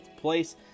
place